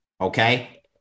okay